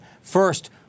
First